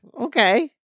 Okay